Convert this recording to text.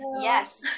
yes